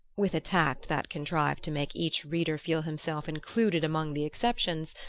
with a tact that contrived to make each reader feel himself included among the exceptions,